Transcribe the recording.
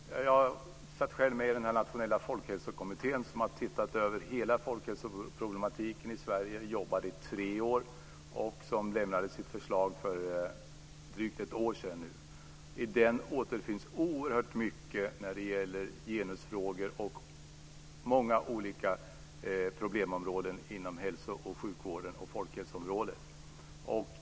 Fru talman! Jag satt själv med i den nationella folkhälsokommittén som har sett över hela folkhälsoproblematiken i Sverige. Den jobbade i tre år och lämnade sitt förslag för drygt ett år sedan. I den återfinns oerhört mycket när det gäller genusfrågor och många olika problemområden inom hälso och sjukvården och inom folkhälsoområdet.